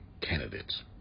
candidates